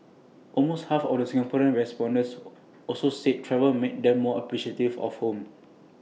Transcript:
almost half of the Singaporean respondents also said travel made them more appreciative of home